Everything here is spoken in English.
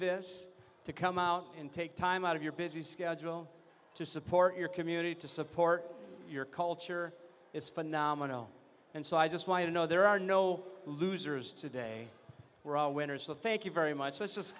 this to come out and take time out of your busy schedule to support your community to support your culture is phenomenal and so i just want to know there are no losers today we're all winners the thank you very much